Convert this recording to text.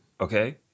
Okay